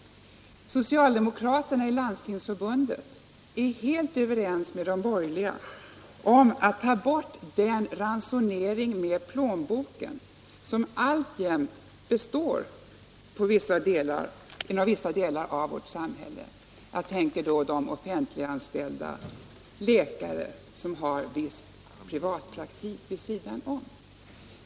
Socialdemokraterna i Landstingsförbundet är här helt överens med de borgerliga om att ta bort den ransonering med plånboken som alltjämt förekommer inom vissa delar av vårt samhälle. Jag tänker då på de offentliganställda läkare som har privatpraktik vid sidan av sin tjänst.